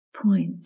point